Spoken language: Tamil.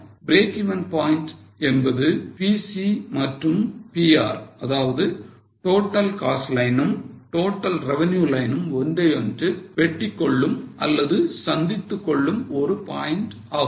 Breakeven point என்பது PC மற்றும் PR அதாவது total cost line னும் total revenue line னும் ஒன்றையொன்று வெட்டிக்கொள்ளும் அல்லது சந்தித்துக் கொள்ளும் ஒரு point ஆகும்